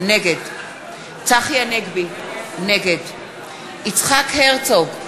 נגד צחי הנגבי, נגד יצחק הרצוג,